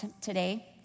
today